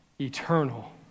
eternal